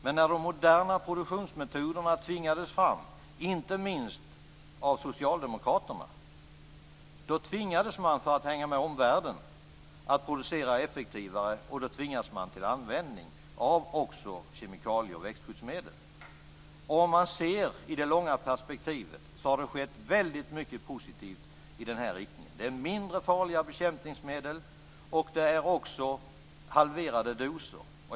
Men när de moderna produktionsmetoderna tvingades fram, inte minst av socialdemokraterna, tvingades man för att hänga med omvärlden att producera effektivare, och då tvingades man till användning av också kemikalier och växthusmedel. I det långa perspektivet har det skett väldigt mycket positivt i den här riktningen. Det är mindre farliga bekämpningsmedel och halverade doser.